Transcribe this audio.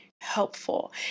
helpful